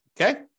Okay